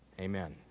Amen